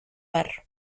har